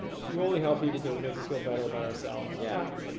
you only help people because it makes us feel better about ourselfs yeah